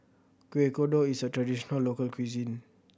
Kueh Kodok is a traditional local cuisine